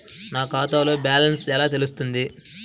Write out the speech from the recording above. నా ఖాతాలో బ్యాలెన్స్ ఎలా తెలుస్తుంది?